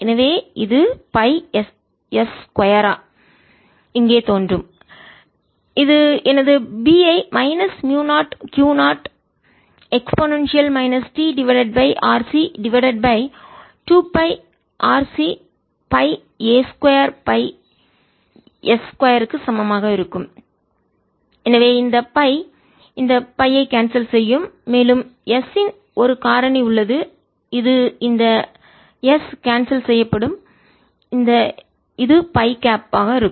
எனவே இது pi s 2 இங்கே தோன்றும் எனவே இது எனது B ஐ minus mu 0 Q 0 e t RC divided by 2 pi RC by a 2 by s 2 க்கு சமமாக இருக்கும் எனவே இந்த பை இந்த பை ஐ கான்செல் செய்யும் மேலும் s இன் ஒரு காரணி உள்ளது இது இந்த s கான்செல் செய்யப்படும் இது பை கேப் இருக்கும்